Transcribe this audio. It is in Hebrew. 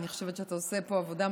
אני חושבת שאתה עושה פה עבודה,